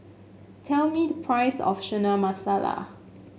tell me the price of Chana Masala